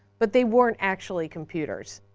but they weren't actually computers.